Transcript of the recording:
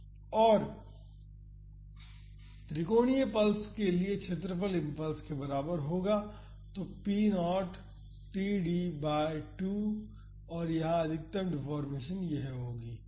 और त्रिकोणीय पल्स के लिए क्षेत्रफल इम्पल्स के बराबर होगा तो p 0 td बाई 2 और यहाँ अधिकतम डिफ़ॉर्मेशन यह होगी